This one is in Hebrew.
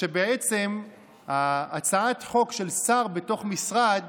שבעצם הצעת חוק של שר בתוך משרד